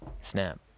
snap